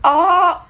oh